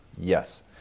Yes